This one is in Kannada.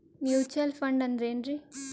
ಮ್ಯೂಚುವಲ್ ಫಂಡ ಅಂದ್ರೆನ್ರಿ?